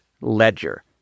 ledger